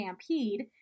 stampede